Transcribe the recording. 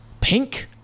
Pink